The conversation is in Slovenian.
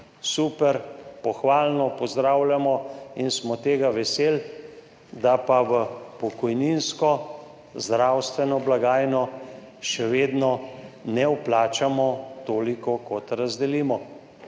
super, pohvalno, pozdravljamo in smo tega veseli, v pokojninsko zdravstveno blagajno še vedno ne vplačamo toliko, kot razdelimo.